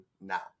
now